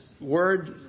Word